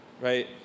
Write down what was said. right